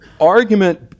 argument